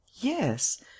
yes